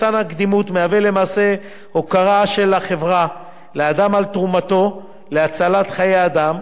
מתן הקדימות מהווה למעשה הוקרה של החברה לאדם על תרומתו להצלת חיי אדם,